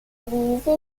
divisa